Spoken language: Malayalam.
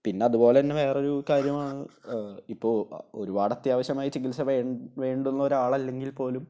പിന്നതുപോലെ തന്നെ വേറൊരു കാര്യമാണ് ഇപ്പോൾ ഒരുപാടത്യാവശ്യമായി ചികിത്സ വേണ്ടുന്നൊരാളല്ലെങ്കിൽ പോലും